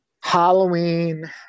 Halloween